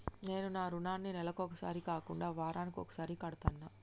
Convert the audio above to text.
నేను నా రుణాన్ని నెలకొకసారి కాకుండా వారానికోసారి కడ్తన్నా